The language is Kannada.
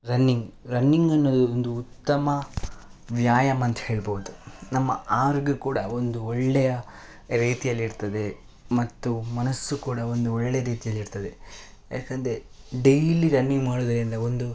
ರನ್ನಿಂಗ್ ರನ್ನಿಂಗ್ ಅನ್ನೋದು ಒಂದು ಉತ್ತಮ ವ್ಯಾಯಾಮ ಅಂತ ಹೇಳಬಹುದು ನಮ್ಮ ಆರೋಗ್ಯ ಕೂಡ ಒಂದು ಒಳ್ಳೆಯ ರೀತಿಯಲ್ಲಿರ್ತದೆ ಮತ್ತು ಮನಸ್ಸು ಕೂಡ ಒಂದು ಒಳ್ಳೆಯ ರೀತಿಯಲ್ಲಿರ್ತದೆ ಯಾಕೆಂದ್ರೆ ಡೈಲಿ ರನ್ನಿಂಗ್ ಮಾಡೋದರಿಂದ ಒಂದು